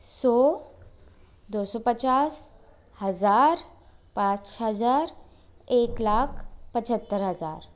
सौ दो सौ पचास हज़ार पाँच हज़ार एक लाख पचहत्तर हज़ार